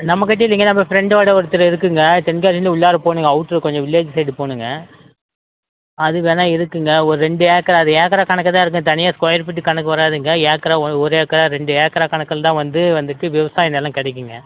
நம்ம கிட்டே இல்லைங்க நம்ம ஃப்ரெண்டோடய ஒருத்தர் இருக்குதுங்க தென்காசியில் இருந்து உள்ளார போகணுங்க அவுட்டர் கொஞ்சம் வில்லேஜ் சைடு போகணுங்க அது வேணால் இருக்குதுங்க ஒரு ரெண்டு ஏக்கரா அது ஏக்கரா கணக்கு தான் இருக்குது தனியாக ஸ்கொயர் ஃபீட்டு கணக்கு வராதுங்க ஏக்கரா ஒரு ஏக்கரா ரெண்டு ஏக்கரா கணக்கில் தான் வந்து வந்துட்டு விவசாயம் நிலம் கிடைக்குங்க